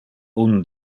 uno